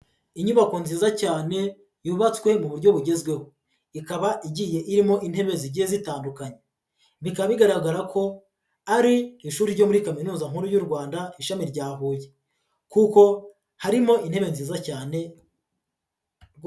Inyubako nziza cyane yubatswe mu buryo bugezweho, ikaba igiye irimo intebe zigiye zitandukanye, bikaba bigaragara ko ari ishuri ryo muri Kaminuza nkuru y'u Rwanda ishami rya Huye kuko harimo intebe nziza cyane.